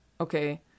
Okay